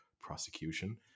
prosecution